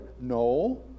No